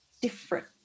different